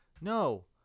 no